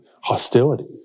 hostility